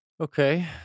Okay